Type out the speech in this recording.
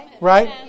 Right